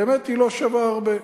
באמת היא לא שווה הרבה.